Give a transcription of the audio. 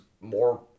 more